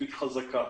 מספיק חזקה.